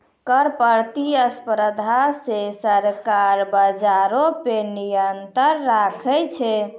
कर प्रतिस्पर्धा से सरकार बजारो पे नियंत्रण राखै छै